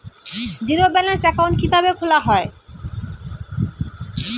Zero balance account কিভাবে খোলা হয়?